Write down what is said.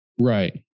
Right